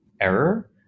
error